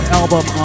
album